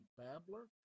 babbler